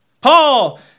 Paul